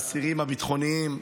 האסירים הביטחוניים,